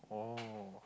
oh